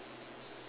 ya